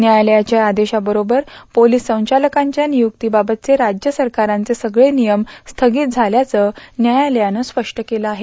न्यायालयाच्या या आदेशाबरोबरच पोलीस संचालकांच्या नियुक्तीबाबतचे राज्य सरकारांचे सगळे नियम स्यगित झाल्याचं न्यायालयानं स्पष्ट केलं आहे